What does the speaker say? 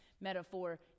metaphor